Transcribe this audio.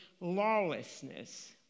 lawlessness